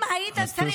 אם היית צריך